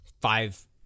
five